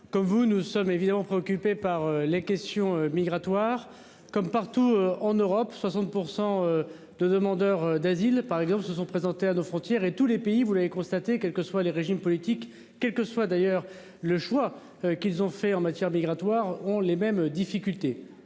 comme vous. Nous sommes évidemment préoccupés par les questions migratoires comme partout en Europe, 60% de demandeurs d'asile par exemple se sont présentés à nos frontières et tous les pays, vous l'avez constaté, quelles que soient les régimes politiques quels que soit d'ailleurs le choix qu'ils ont fait en matière migratoire ont les mêmes difficultés.